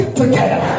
together